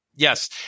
Yes